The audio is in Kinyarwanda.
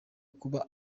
kuba